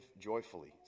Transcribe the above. joyfully